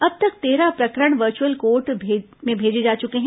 अब तक तेरह प्रकरण वर्चुअल कोर्ट भेजे जा चुके हैं